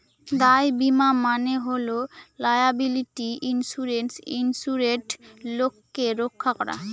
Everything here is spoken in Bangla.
দায় বীমা মানে হল লায়াবিলিটি ইন্সুরেন্সে ইন্সুরেড লোককে রক্ষা করা